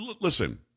Listen